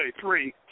three